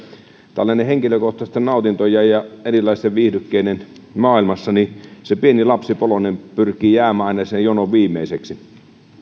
tällaisten henkilökohtaisten nautintojen ja erilaisten viihdykkeiden maailmassa se pieni lapsipoloinen pyrkii jäämään aina sinne jonon viimeiseksi